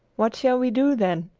what shall we do, then?